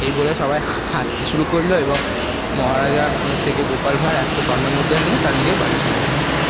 সেই বলে সবাই হাসতে শুরু করলো এবং মহারাজার থেকে গোপাল ভাঁড় একশো স্বর্ণমুদ্রা নিয়ে তার নিজের বাড়ি চলে গেলো